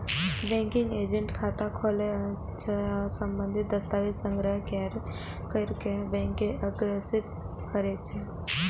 banking agent खाता खोलै छै आ संबंधित दस्तावेज संग्रह कैर कें बैंक के अग्रसारित करै छै